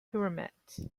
pyramids